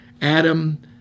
Adam